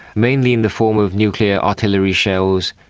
mainly in the form of nuclear artillery shells,